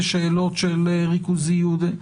בשאלות של ריכוזיות,